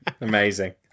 Amazing